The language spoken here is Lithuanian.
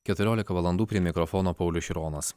keturiolika valandų prie mikrofono paulius šironas